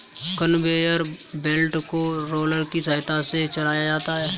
conveyor belt को roller की सहायता से चलाया जाता है